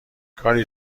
کاری